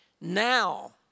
Now